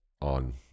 on